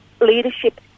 leadership